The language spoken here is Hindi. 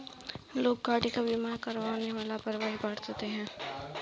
लोग गाड़ी का बीमा करवाने में लापरवाही बरतते हैं